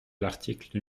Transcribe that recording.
l’article